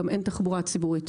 גם אין תחבורה ציבורית.